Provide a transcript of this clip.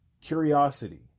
curiosity